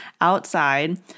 outside